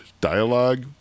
dialogue